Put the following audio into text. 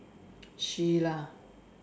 she lah